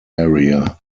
area